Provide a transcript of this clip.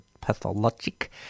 pathologic